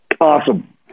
Awesome